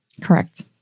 Correct